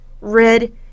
red